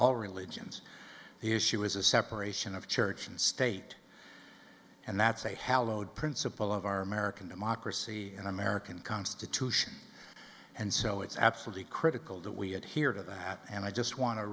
all religions the issue is a separation of church and state and that's a hallowed principle of our american democracy and american constitution and so it's absolutely critical that we adhere to that and i just want to